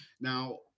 now